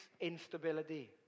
instability